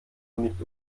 nicht